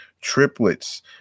Triplets